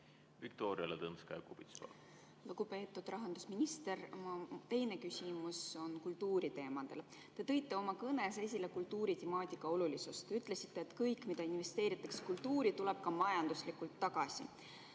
raha eest tarbida? Lugupeetud rahandusminister! Teine küsimus on kultuuriteemadel. Te tõite oma kõnes esile kultuuritemaatika olulisust, ütlesite, et kõik, mis investeeritakse kultuuri, tuleb ka majanduslikus mõttes tagasi.